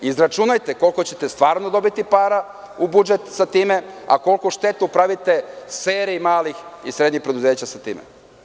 Izračunajte koliko ćete stvarno dobiti para u budžetu sa time, a koliku štetu pravite seriji malih i srednjih preduzeća sa time.